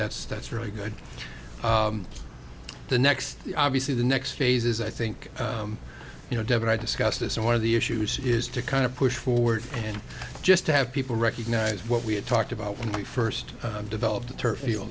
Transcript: that's that's really good the next obviously the next phase is i think you know deb and i discussed this and one of the issues is to kind of push forward and just to have people recognize what we had talked about when we first developed the turf field